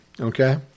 okay